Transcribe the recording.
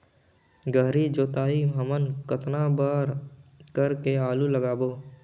गहरी जोताई हमन कतना बार कर के आलू लगाबो?